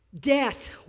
Death